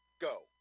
go